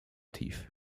tief